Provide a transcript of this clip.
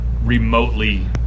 remotely